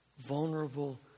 vulnerable